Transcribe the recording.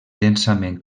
densament